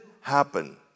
happen